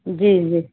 جی جی